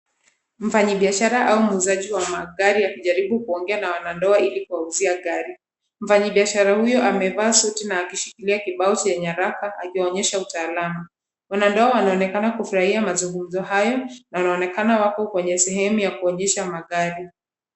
Mfanyibiashara, au muuzaji wa magari akijaribu kuongea na wanandoa ili kuwauzia gari, mfanyibiashara huyo amevaa suti na akishikilia kibao chenye nyaraka, alionyesha utaalumu. Wanandoa wanaonekana kufurahia mazungumzo hayo, na wanaonekana wako kwenye sehemu ya kuonyesha magari.